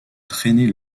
traîner